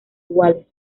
iguales